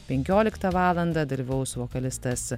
penkioliktą valandą dalyvaus vokalistas